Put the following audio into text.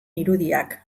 irudiak